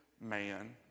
man